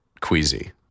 queasy